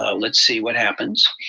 ah let's see what happens.